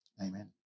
Amen